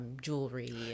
jewelry